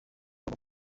boko